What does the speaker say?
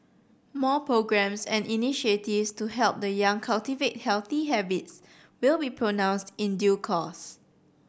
more programmes and initiatives to help the young cultivate healthy habits will be pronounced in due course